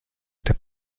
der